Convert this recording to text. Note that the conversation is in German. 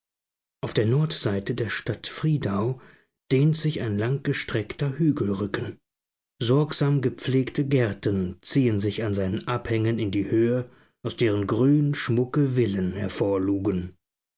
auf der nordseite der stadt friedau dehnt sich ein langgestreckter hügelrücken sorgsam gepflegte gärten ziehen sich an seinen abhängen in die höhe aus deren grün schmucke villen